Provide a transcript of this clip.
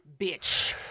Bitch